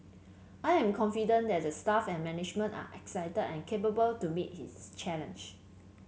I am confident that the staff and management are excited and capable to meet his challenge